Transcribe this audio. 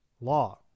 law